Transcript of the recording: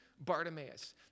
Bartimaeus